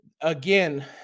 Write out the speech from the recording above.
again